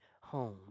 home